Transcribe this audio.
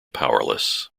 powerless